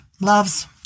Loves